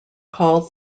called